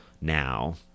now